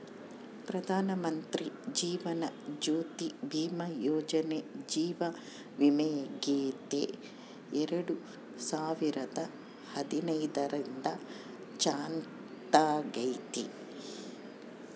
ಪ್ರಧಾನಮಂತ್ರಿ ಜೀವನ ಜ್ಯೋತಿ ಭೀಮಾ ಯೋಜನೆ ಜೀವ ವಿಮೆಯಾಗೆತೆ ಎರಡು ಸಾವಿರದ ಹದಿನೈದರಿಂದ ಚಾಲ್ತ್ಯಾಗೈತೆ